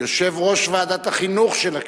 יושב-ראש ועדת החינוך של הכנסת.